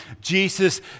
Jesus